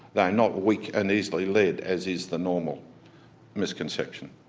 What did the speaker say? they are not weak and easily led as is the normal misconception.